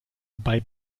bei